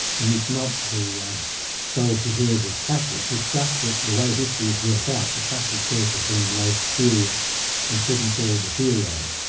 and it's not the sole so preserve of catholics, it's just that the way history has worked out the catholic church has been the most serious in putting forward the theory of it.